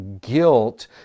guilt